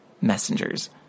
messengers